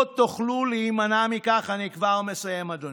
לא תוכלו להימנע מכך, אני כבר מסיים, אדוני.